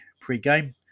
pre-game